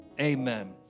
Amen